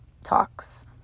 talks